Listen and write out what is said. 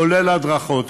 כולל הדרכות,